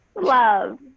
love